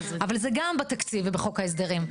אבל זה גם בתקציב ובחוק ההסדרים.